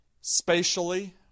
spatially